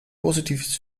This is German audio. positives